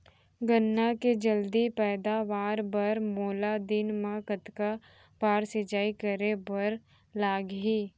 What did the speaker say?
गन्ना के जलदी पैदावार बर, मोला दिन मा कतका बार सिंचाई करे बर लागही?